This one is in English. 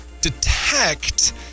detect